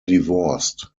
divorced